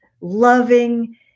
loving